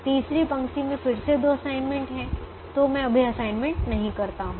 तीसरी पंक्ति में फिर से 2 असाइनमेंट हैं तो मैं अभी असाइनमेंट नहीं करता हूं